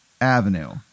Avenue